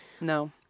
No